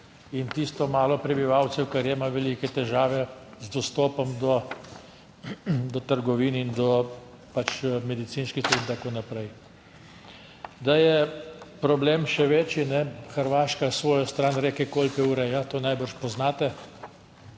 in tisto malo prebivalcev, kar ima velike težave z dostopom do trgovin in do pač medicinskih in tako naprej. Da je problem še večji, Hrvaška svojo stran reke Kolpe ureja, to najbrž poznate.